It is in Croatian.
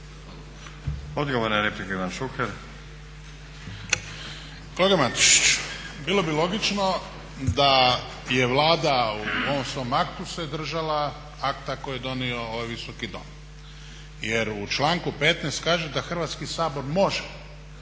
Šuker. **Šuker, Ivan (HDZ)** Kolega Matušiću bilo bi logično da je Vlada u ovom svom aktu se držala akta koji je donio ovaj Visoki dom. Jer u članku 15. kaže da Hrvatski sabor može